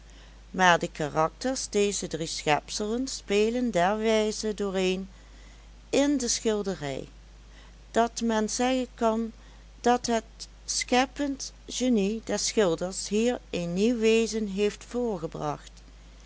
maar de karakters dezer drie schepselen spelen derwijze dooreen in de schilderij dat men zeggen kan dat het scheppend genie des schilders hier een nieuw wezen heeft voortgebracht